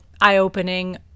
eye-opening